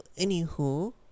anywho